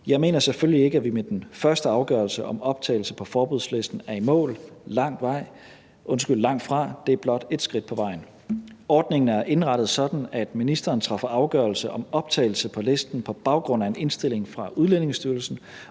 Jeg mener selvfølgelig ikke, at vi med den første afgørelse om optagelse på forbudslisten er i mål, langtfra. Det er blot et skridt på vejen. Ordningen er indrettet sådan, at ministeren træffer afgørelse om optagelse på listen på baggrund af en indstilling fra Udlændingestyrelsen,